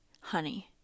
honey